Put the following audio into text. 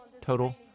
Total